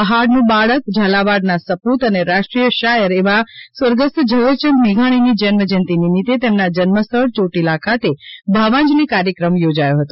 પહાડનું બાળક ઝાલાવાડના સપૂત અને રાષ્ટ્રીય શાયર એવા સ્વ ઝવેરચંદ મેઘાણીની જન્મ જયંતી નિમિત્તે તેમના જન્મસ્થળ યોટીલા ખાતે ભાવાંજલિ કાર્યક્રમ યોજાયો હતો